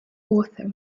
author